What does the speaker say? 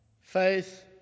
faith